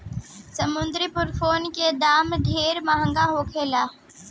समुंद्री प्रोन के दाम ढेरे महंगा होखेला